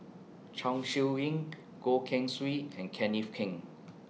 Chong Siew Ying Goh Keng Swee and Kenneth Keng